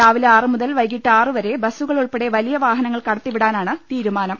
രാവിലെ ആറു മുതൽ വൈകീട്ട് ആറു വരെ ബസുകൾ ഉൾപ്പെടെ വലിയ വാഹനങ്ങൾ കടത്തി വിടാനാണ് തീരുമാനം